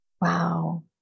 Wow